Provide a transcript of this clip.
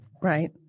Right